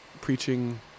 preaching